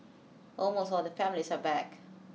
almost all the families are back